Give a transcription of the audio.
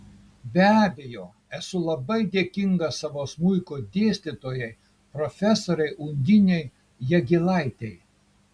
be abejo esu labai dėkinga savo smuiko dėstytojai profesorei undinei jagėlaitei